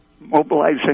mobilizing